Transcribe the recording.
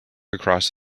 across